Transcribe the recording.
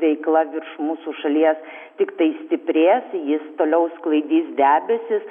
veikla virš mūsų šalies tiktai stiprės jis toliau sklaidys debesis